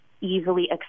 easily